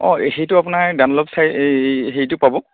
অঁ সেইটো আপোনাৰ ডানলভ চাই এই হেৰিটো পাব